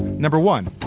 number one,